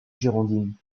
girondine